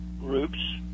groups